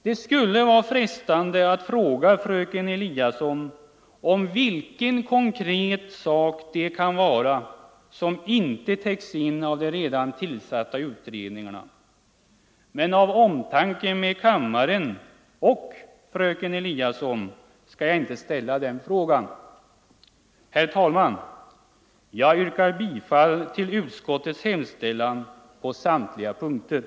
Det skulle vara frestande att fråga fröken Eliasson vilken konkret sak det kan vara som inte täcks in genom de redan tillsatta utredningarna, men av omtanke om kammaren — och fröken Eliasson — skall jag inte ställa den frågan. Herr talman! Jag yrkar bifall till utskottets hemställan på samtliga Nr 125